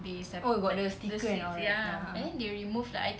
oh got the sticker and all right ya ah